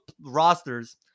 rosters